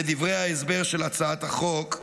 כדברי ההסבר של הצעת החוק,